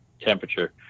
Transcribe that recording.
temperature